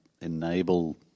enable